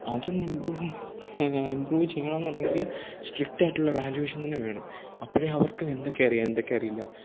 അതൊന്നിമ്പ്രൂവ്വ് improve ചെയ്യണമെന്നുണ്ടെങ്കിൽ സ്ട്രിക്റ്റായിട്ടുള്ള valuation തന്നെ വേണം അപ്പോഴേ അവർക്ക് എന്തൊക്കെയറിയാം എന്തൊക്കെയറിയില്ല